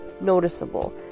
noticeable